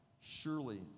Surely